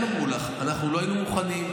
הם אמרו לך: אנחנו לא היינו מוכנים,